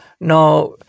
now